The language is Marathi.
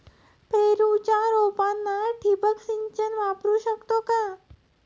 पेरूच्या रोपांना ठिबक सिंचन वापरू शकतो का?